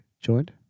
joined